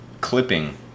clipping